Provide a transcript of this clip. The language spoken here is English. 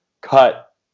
cut